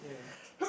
yeah